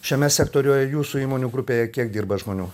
šiame sektoriuje jūsų įmonių grupėje kiek dirba žmonių